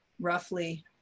roughly